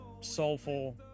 soulful